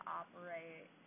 operate